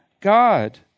God